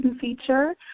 feature